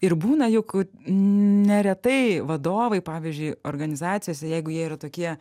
ir būna juk neretai vadovai pavyzdžiui organizacijose jeigu jie yra tokie